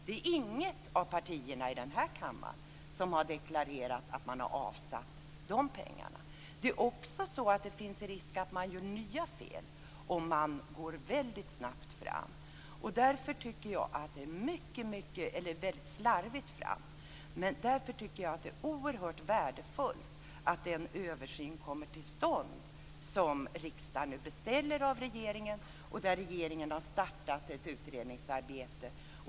Det är inget av partierna i den här kammaren som har deklarerat att man har avsatt de pengarna. Det finns också risk för att man gör nya fel om man går väldigt slarvigt fram. Därför tycker jag att det är oerhört värdefullt att en översyn kommer till stånd, som riksdagen nu beställer av regeringen. Och regeringen har startat ett utredningsarbete.